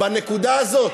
לא, לא, בנקודה הזאת.